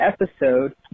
episode